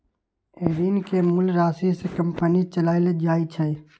ऋण के मूल राशि से कंपनी चलाएल जाई छई